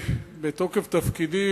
בתוקף תפקידי,